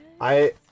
I-